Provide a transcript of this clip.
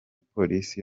polisi